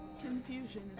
Confusion